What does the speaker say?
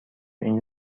این